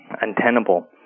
untenable